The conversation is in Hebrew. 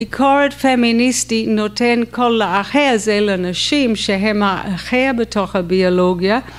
‫ביקורת פמיניסטי נותן קול לאחר זה ‫לנשים שהם האחר בתוך הביולוגיה.